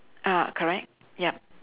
ah correct yup